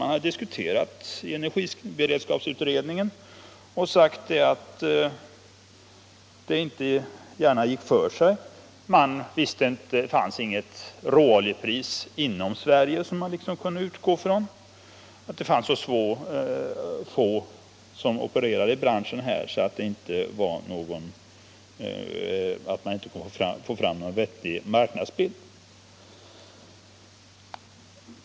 Man hade diskuterat det i energiberedskapsutredningen och sagt att det inte gärna gick för sig att föra upp råolja på listan. Det fanns inget råoljepris inom Sverige som man kunde utgå ifrån. Det fanns så få i branschen som opererade med råolja att man inte kunde få fram någon vettig marknadsbild.